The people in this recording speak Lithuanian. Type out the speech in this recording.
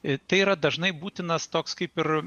ir tai yra dažnai būtinas toks kaip ir